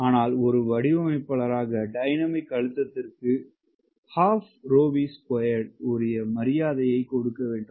ஆனால் ஒரு வடிவமைப்பாளராக டைனமிக் அழுத்தத்திற்கு உரிய மரியாதை கொடுக்க வேண்டும்